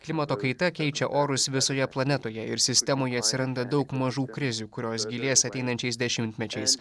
klimato kaita keičia orus visoje planetoje ir sistemoje atsiranda daug mažų krizių kurios gilės ateinančiais dešimtmečiais